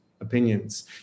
opinions